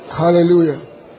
Hallelujah